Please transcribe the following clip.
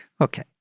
okay